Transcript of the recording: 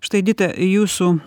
štai edita jūsų